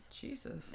jesus